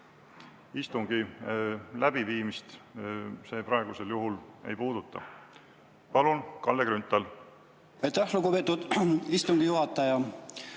Istungi läbiviimist see praegusel juhul ei puuduta. Palun, Kalle Grünthal!